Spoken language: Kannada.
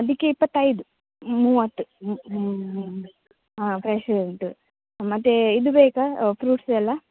ಅದಕ್ಕೆ ಇಪ್ಪತೈದು ಮೂವತ್ತು ಮು ಮು ಮು ಮು ಹಾಂ ಫ್ರೆಶ್ ಉಂಟು ಮತ್ತು ಇದು ಬೇಕಾ ಫ್ರೂಟ್ಸ್ ಎಲ್ಲ